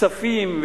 כספים,